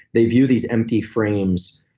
they view these empty frames,